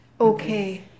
Okay